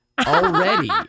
already